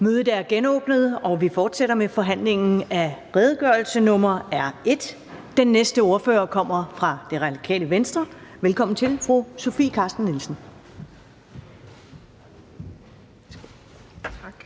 Mødet er genoptaget, og vi fortsætter med forhandlingen om redegørelse nr. R 1. Den næste ordfører kommer fra Radikale Venstre. Velkommen til fru Sofie Carsten Nielsen.